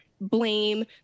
blame